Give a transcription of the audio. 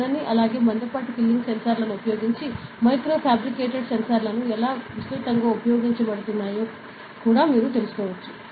సన్నని అలాగే మందపాటి ఫిల్లింగ్ సెన్సార్లను ఉపయోగించే మైక్రోఫ్యాబ్రికేటెడ్ సెన్సార్లు ఎలా విస్తృతంగా ఉపయోగించబడుతున్నాయో కూడా మీరు తెలుసుకోవచ్చు